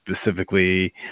specifically